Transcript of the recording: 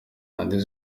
radiyo